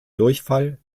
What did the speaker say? durchfall